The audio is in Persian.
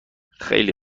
خیلی